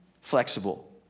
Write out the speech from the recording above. flexible